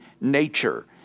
nature